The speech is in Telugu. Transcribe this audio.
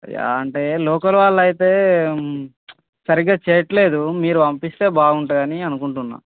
అయ్యా అంటే లోకల్ వాళ్ళు అయితే సరిగ్గా చేయట్లేదు మీరు పంపిస్తే బాగుంటుంది అని అనుకుంటున్నాను